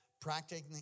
practicing